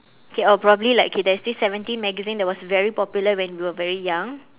okay or probably like okay there's this seventeen magazine that was very popular when we were very young